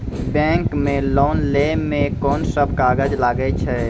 Bank मे loan लै मे कोन सब कागज लागै छै?